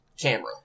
camera